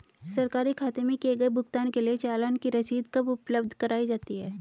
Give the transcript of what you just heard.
सरकारी खाते में किए गए भुगतान के लिए चालान की रसीद कब उपलब्ध कराईं जाती हैं?